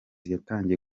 yatangiye